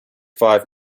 five